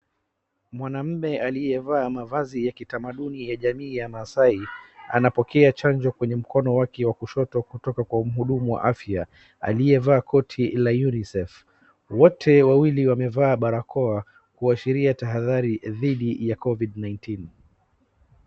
Mwanamume aliyevaa mavazi ya kitamaduni ya jamii ya Maasai, anapokea chanjo kwenye mkono yake ya kushoto kutoka kwa mhudumu wa afya, aliyevaa koti la Urisafe . Wote wawili wamevaa barakoa kuashiria tahadhari dhidi ya covid-19.